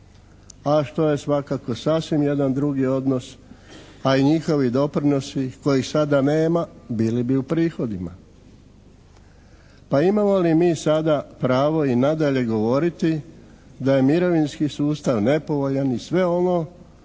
a što je svakako sasvim jedan drugi odnos, a i njihovi doprinosi kojih sada nema bili bi u prihodima. Pa imamo li mi sada pravo i nadalje govoriti da je mirovinski sustav nepovoljan i sve ovo